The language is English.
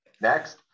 next